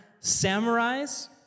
Samurais